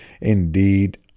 Indeed